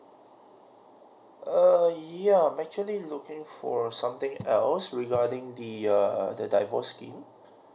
err yeah I'm actually looking for something else regarding the err the divorce scheme